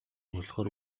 болохоор